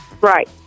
Right